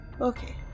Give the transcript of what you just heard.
Okay